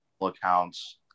accounts